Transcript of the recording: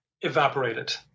evaporated